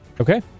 Okay